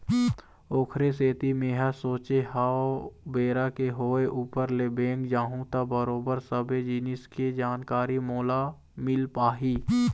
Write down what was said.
ओखरे सेती मेंहा सोचे हव बेरा के होय ऊपर ले बेंक जाहूँ त बरोबर सबे जिनिस के जानकारी मोला मिल पाही